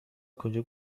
کجا